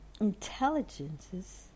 intelligences